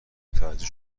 متوجه